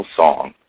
Song